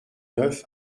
neuf